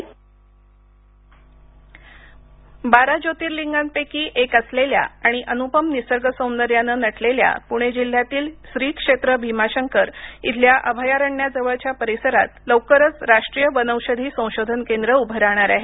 बारा ज्योतिर्लिंग बारा ज्योतिर्लिंगांपैकी एक असलेल्या आणि अन्पम निसर्गसौदर्यानं नटलेल्या पुणे जिल्ह्यातील श्रीक्षेत्र भीमाशंकर इथल्या अभयारण्याजवळच्या परिसरात लवकरच राष्ट्रीय वनौषधी संशोधन केंद्र उभं राहणार आहे